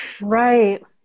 Right